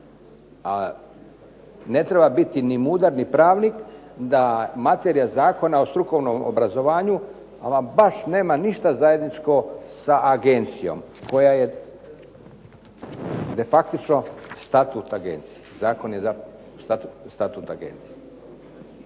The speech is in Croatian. ne treba biti ni mudar ni pravnik da materija Zakona o strukovnom obrazovanju ama baš nema ništa zajedničko sa agencijom koja je defaktično statut agencije. Zakon je statut agencije.